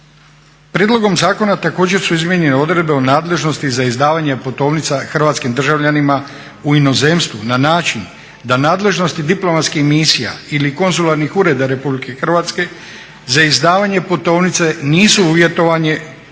Prijedlogom zakona također su izmijenjene odredbe o nadležnosti za izdavanje putovnica hrvatskim državljanima u inozemstvu na način da nadležnosti diplomatskih misija ili konzularnih ureda Republike Hrvatske za izdavanje putovnice nisu uvjetovanje reguliranim